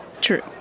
True